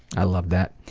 i love that.